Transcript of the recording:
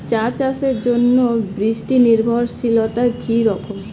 চা চাষের জন্য বৃষ্টি নির্ভরশীলতা কী রকম?